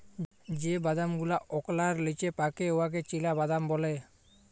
যে বাদাম গুলা ওকলার লিচে পাকে উয়াকে চিলাবাদাম ব্যলে